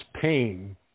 pain